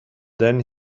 then